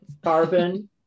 carbon